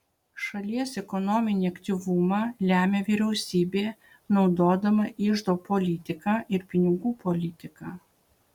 šalies ekonominį aktyvumą lemia vyriausybė naudodama iždo politiką ir pinigų politiką